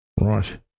Right